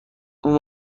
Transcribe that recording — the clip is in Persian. اون